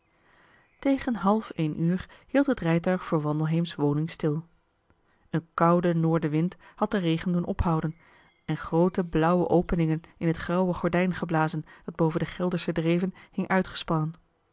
tegen half een uur hield het rijtuig voor wandelmarcellus emants een drietal novellen heems woning stil een koude noordenwind had den regen doen ophouden en groote blauwe openingen in het grauwe gordijn geblazen dat boven de geldersche dreven hing uitgespannen